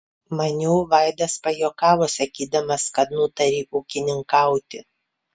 maniau vaidas pajuokavo sakydamas kad nutarei ūkininkauti